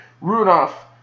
Rudolph